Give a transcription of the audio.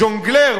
"ג'ונגלר",